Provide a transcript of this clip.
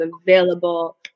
available